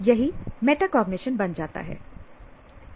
यही मेटाकॉग्निशन बन जाता है